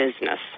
business